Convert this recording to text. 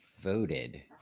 voted